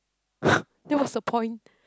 then what's the point